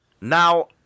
now